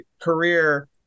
career